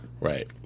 Right